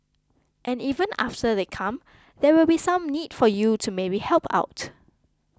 and even after they come there will be some need for you to maybe help out